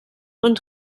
und